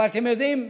אבל אתם יודעים,